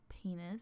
penis